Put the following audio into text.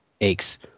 aches